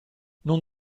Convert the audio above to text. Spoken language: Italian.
non